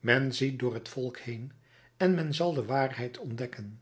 men zie door het volk heen en men zal de waarheid ontdekken